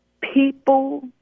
People